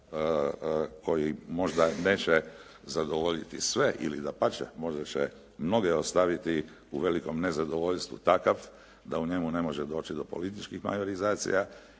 koji možda neće zadovoljiti sve ili dapače možda će mnoge ostaviti u velikom nezadovoljstvu takav da u njemu ne može doći do političkih majorizacija